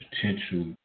potential